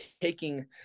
taking